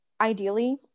ideally